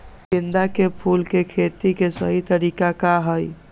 गेंदा के फूल के खेती के सही तरीका का हाई?